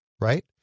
right